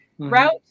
route